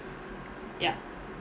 ya